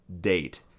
date